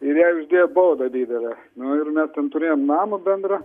ir jai uždėjo baudą didelę nu ir mes ten turėjom namą bendrą